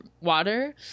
water